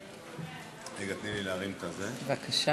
בבקשה.